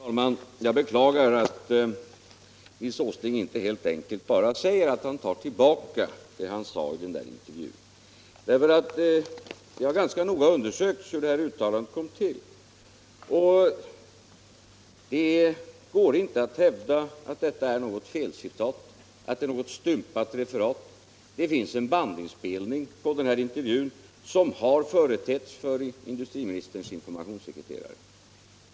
Herr talman! Jag beklagar att Nils Åsling inte helt enkelt tar tillbaka vad han sade i intervjun, därför att det har ganska noga undersökts hur uttalandet kom till. Han kan inte hävda att det är ett felcitat eller något stympat referat. Det finns en bandinspelning av intervjun som har företetts för industriministerns informationssekreterare.